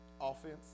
Offense